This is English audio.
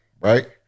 right